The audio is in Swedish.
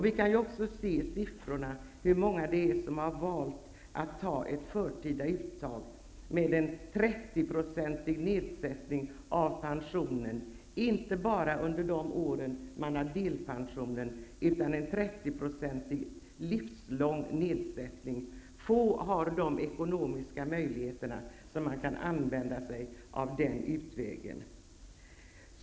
Vi kan också se av siffrorna hur många det är som har valt att göra ett förtida uttag med en 30-procentig nedsättning av pensionen som följd, inte bara under de år man har delpension, utan en 30-procentig livslång nedsättning. Få har de ekonomiska möjligheterna att kunna använda sig av den utvägen.